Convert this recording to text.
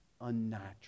unnatural